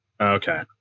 Okay